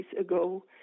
ago